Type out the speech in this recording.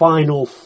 final